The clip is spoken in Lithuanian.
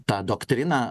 tą doktriną